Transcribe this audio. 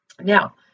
Now